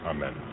Amen